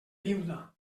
viuda